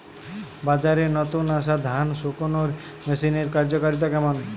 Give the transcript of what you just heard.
বাজারে নতুন আসা ধান শুকনোর মেশিনের কার্যকারিতা কেমন?